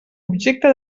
objecte